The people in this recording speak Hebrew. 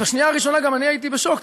בשנייה הראשונה גם אני הייתי בשוק.